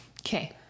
Okay